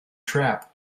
trap